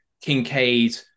Kincaid